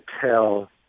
tell